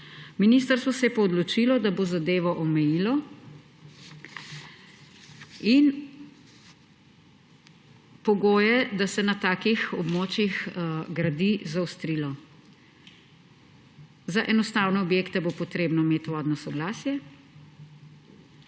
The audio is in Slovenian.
Ministrstvo se je pa odločilo, da bo zadevo omejilo in je pogoje, da se na takih območjih gradi, zaostrilo. Za enostavne objekte bo potrebno imeti vodno soglasje